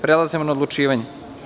Prelazimo na odlučivanje.